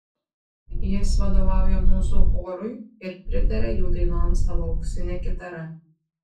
jis vadovauja mūzų chorui ir pritaria jų dainoms savo auksine kitara